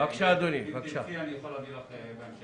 לך שאם תרצי אני יכול להביא לך בהמשך.